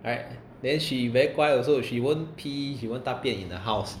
right then she very 乖 also she won't pee she won't 大便 in the house